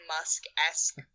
Musk-esque